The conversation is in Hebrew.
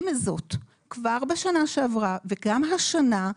עם זאת כבר בשנה שעברה וגם השנה,